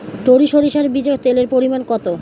টরি সরিষার বীজে তেলের পরিমাণ কত?